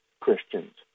Christians